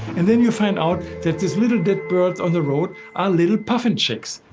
and then you find out that this little dead bird on the road are little puffin chicks.